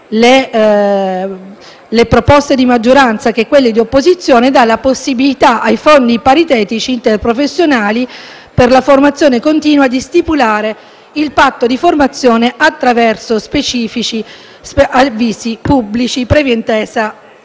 le proposte di maggioranza che quelle di opposizione - dà la possibilità ai fondi paritetici interprofessionali per la formazione continua di stipulare il patto di formazione attraverso specifici avvisi pubblici, previa intesa